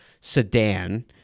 sedan